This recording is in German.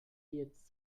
jetzt